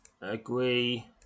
Agree